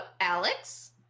Alex